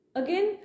again